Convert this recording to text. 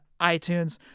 iTunes